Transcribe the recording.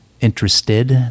interested